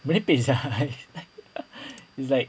merepek sia its like